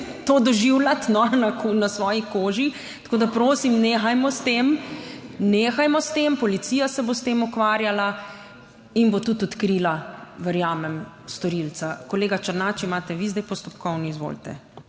to doživljati na svoji koži. Tako prosim, nehajmo s tem. Nehajmo s tem. Policija se bo s tem ukvarjala in bo tudi odkrila, verjamem, storilca. Kolega Černač, imate vi zdaj postopkovno? Izvolite.